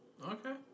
Okay